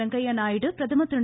வெங்கய்ய நாயுடு பிரதமர் திரு